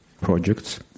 projects